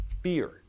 fear